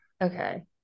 Okay